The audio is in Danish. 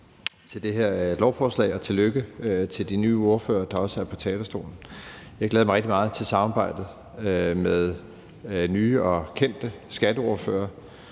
til det her lovforslag, og tillykke til de nye ordførere, der også har været på talerstolen. Jeg glæder mig rigtig meget til samarbejdet med både nye og kendte skatteordførere